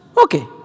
Okay